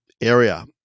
area